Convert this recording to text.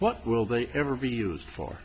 what will they ever be used for